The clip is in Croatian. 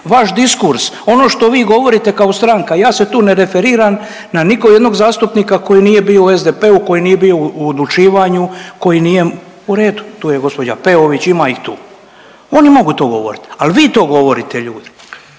vaš diskurs. Ono što vi govorite kao stranka ja se tu ne referiram na nikog, jednog zastupnika koji nije bio u SDP-u, koji nije bio u odlučivanju, koji nije. U redu, tu je gospođa Peović, ima ih tu. Oni mogu to govoriti. Ali vi to govorite ljudi!